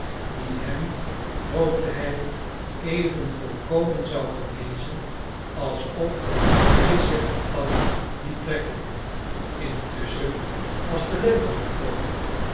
die hem hoopte hij even volkomen zou genezen alsof hij zich een tand liet trekken intusschen was de lente gekomen